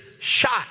shot